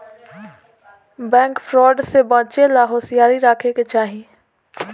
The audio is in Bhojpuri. बैंक फ्रॉड से बचे ला होसियारी राखे के चाही